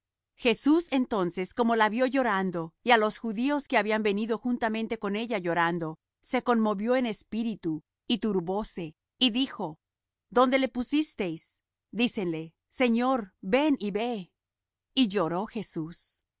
jesús entonces como la vió llorando y á los judíos que habían venido juntamente con ella llorando se conmovió en espíritu y turbóse y dijo dónde le pusisteis dicenle señor ven y ve y lloró jesús